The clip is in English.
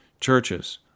churches